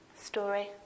story